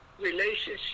relationship